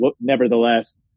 nevertheless